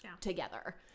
together